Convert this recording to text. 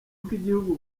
bw’igihugu